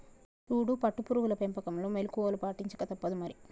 సూడు పట్టు పురుగుల పెంపకంలో మెళుకువలు పాటించక తప్పుదు మరి